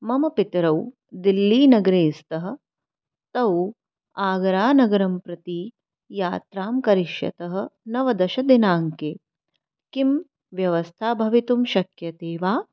मम पितरौ दिल्लीनगरे स्तः तौ आगरानगरं प्रति यात्रां करिष्यतः नवदशदिनाङ्के किं व्यवस्था भवितुं शक्यते वा